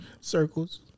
circles